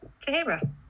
Tahira